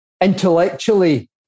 intellectually